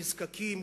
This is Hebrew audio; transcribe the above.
נזקקים,